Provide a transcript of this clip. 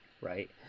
Right